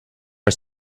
are